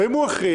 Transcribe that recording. ואם הוא הכריע,